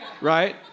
right